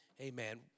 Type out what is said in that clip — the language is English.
Amen